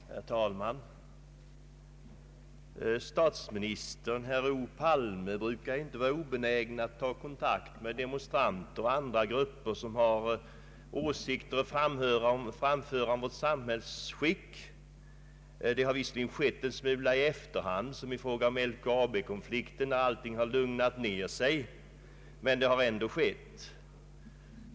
Herr talman! Statsministern herr Olof Palme brukar inte vara obenägen att ta kontakt med demonstranter och andra grupper som har åsikter att framföra om vårt samhällsskick. Det har visserligen skett en smula i efterhand, som i fråga om LKAB-konflikten först när allt lugnat ner sig, men det har ändå skett.